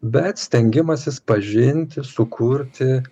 bet stengimasis pažinti sukurti